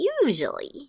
Usually